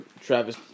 Travis